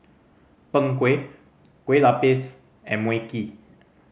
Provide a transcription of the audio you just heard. Png Kueh kue lupis and Mui Kee